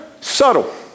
subtle